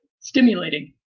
stimulating